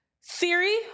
Siri